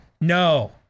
no